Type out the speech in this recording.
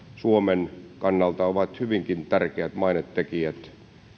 suomen kannalta ovat hyvinkin tärkeät mainetekijät